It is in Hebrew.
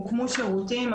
הוקמו שירותים,